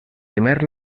témer